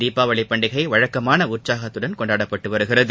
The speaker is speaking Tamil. தீபாவளி பண்டிகை வழக்கமான உற்சாகத்துடன் கொண்டாடப்பட்டு வருகிறது